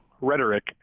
rhetoric